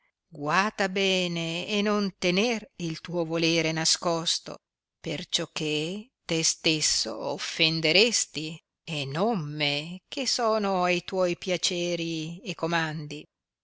guata bene e non tener il tuo volere nascosto per ciò che te stesso offenderesti e non me che sono a tuoi piaceri e comandi